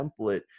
template